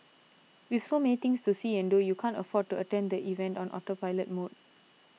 with so many things to see and do you can't afford to attend the event on autopilot mode